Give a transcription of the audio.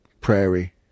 prairie